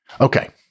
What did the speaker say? Okay